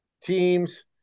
teams